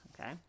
okay